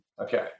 Okay